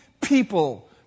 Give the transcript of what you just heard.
people